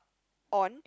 on